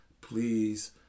please